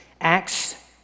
Acts